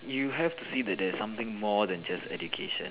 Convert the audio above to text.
you have to see that there's something more than just education